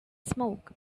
smoke